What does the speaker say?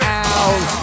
out